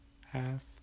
half